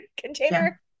container